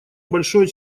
большое